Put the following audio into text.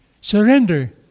Surrender